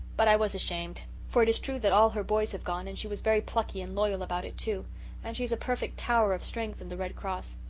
but i was ashamed for it is true that all her boys have gone and she was very plucky and loyal about it too and she is a perfect tower of strength in the red cross.